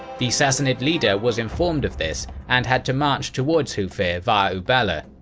the sassanid leader was informed of this and had to march towards hufeir via uballa.